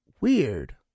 weird